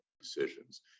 decisions